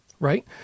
right